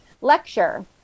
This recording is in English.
lecture